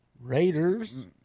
Raiders